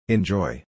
Enjoy